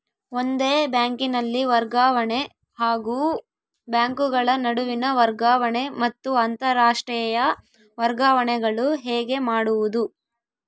ಒಂದೇ ಬ್ಯಾಂಕಿನಲ್ಲಿ ವರ್ಗಾವಣೆ ಹಾಗೂ ಬ್ಯಾಂಕುಗಳ ನಡುವಿನ ವರ್ಗಾವಣೆ ಮತ್ತು ಅಂತರಾಷ್ಟೇಯ ವರ್ಗಾವಣೆಗಳು ಹೇಗೆ ಮಾಡುವುದು?